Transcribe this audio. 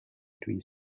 between